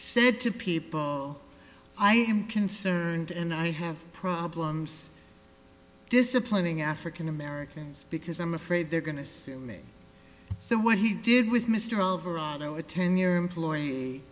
said to people i am concerned and i have problems disciplining african americans because i'm afraid they're going to sue me so what he did with mr overall though a ten year employee